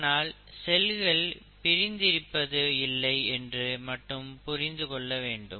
ஆனால் செல்கள் பிரிந்து இருப்பது இல்லை என்று மட்டும் புரிந்து கொள்ளவும்